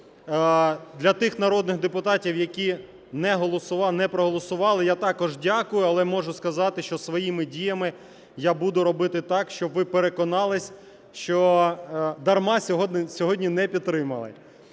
Для тих народних депутатів, які не голосували… не проголосували, я також дякую. Але можу сказати, що своїми діями я буду робити так, щоб ви переконалися, що дарма сьогодні не підтримали.